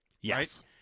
Yes